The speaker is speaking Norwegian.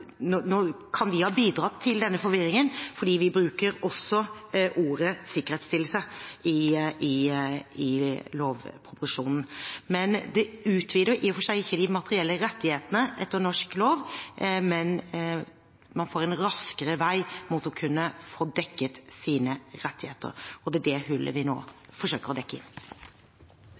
Nå kan vi ha bidratt til denne forvirringen fordi vi også bruker ordet «sikkerhetsstillelse» i lovproposisjonen. Det utvider i og for seg ikke de materielle rettighetene etter norsk lov, men man får en raskere vei mot å kunne få dekket sine rettigheter. Det er det hullet vi nå forsøker å